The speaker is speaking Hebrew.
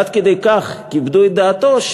עד כדי כך כיבדו את דעתו,